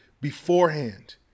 beforehand